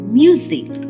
music